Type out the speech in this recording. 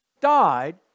died